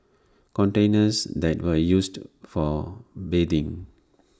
containers that were used for bathing